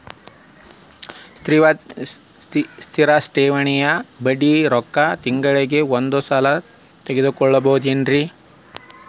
ಸ್ಥಿರ ಠೇವಣಿಯ ಬಡ್ಡಿ ರೊಕ್ಕ ತಿಂಗಳಿಗೆ ಒಂದು ಸಲ ತಗೊಬಹುದೆನ್ರಿ?